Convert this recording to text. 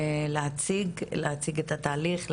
להציג את התהליך,